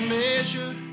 measure